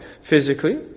physically